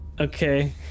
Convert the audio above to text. Okay